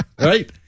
Right